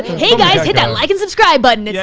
hey guys, hit that like and subscribe button, and